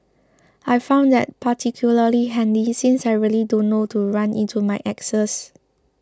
I found that particularly handy since I really don't want to run into my exes